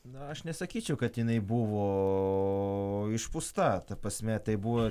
na aš nesakyčiau kad jinai buvo išpūsta ta prasme tai buvo